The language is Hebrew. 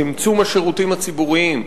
צמצום השירותים הציבוריים.